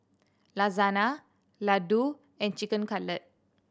Lasagne Ladoo and Chicken Cutlet